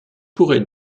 pourrait